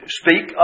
speak